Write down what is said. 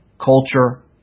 culture